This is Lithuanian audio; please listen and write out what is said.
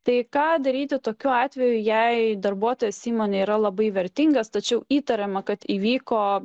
tai ką daryti tokiu atveju jei darbuotojas įmonėi yra labai vertingas tačiau įtariama kad įvyko